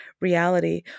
reality